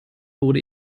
wurde